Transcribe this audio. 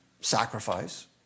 sacrifice